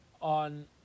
on